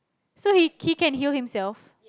so he he can heal himself